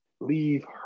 leave